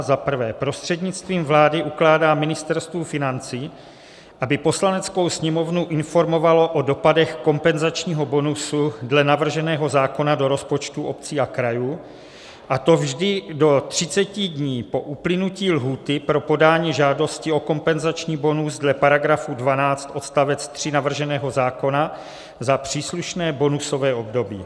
I. prostřednictvím vlády ukládá Ministerstvu financí, aby Poslaneckou sněmovnu informovalo o dopadech kompenzačního bonusu dle navrženého zákona do rozpočtů obcí a krajů, a to vždy do 30 dní po uplynutí lhůty pro podání žádosti o kompenzační bonus dle § 12 odst. 3 navrženého zákona za příslušné bonusové období;